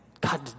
God